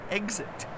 exit